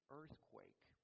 earthquake